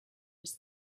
was